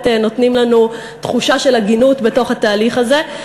נותנים לנו תחושה של הגינות בתוך התהליך הזה,